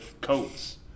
coats